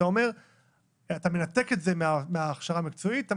אתה מנתק את זה מההכשרה המקצועית וכל